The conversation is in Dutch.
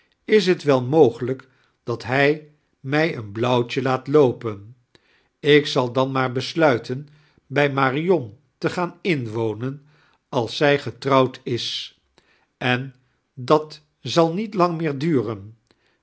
is t wel mogelijk dat hij mij een blauwtje laat loopen ik zal dan maar besluiten bij marion te gaan inwonen als zij getrouwd is en dat zal niet lang meer duren